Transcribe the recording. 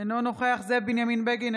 אינו נוכח זאב בנימין בגין,